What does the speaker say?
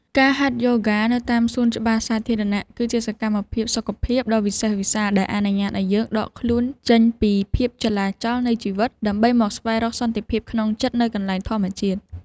ការហាត់យូហ្គានៅតាមសួនច្បារសាធារណៈ គឺជាសកម្មភាពសុខភាពដ៏វិសេសវិសាលដែលអនុញ្ញាតឱ្យយើងដកខ្លួនចេញពីភាពចលាចលនៃជីវិត ដើម្បីមកស្វែងរកសន្តិភាពក្នុងចិត្តនៅកន្លែងធម្មជាតិ។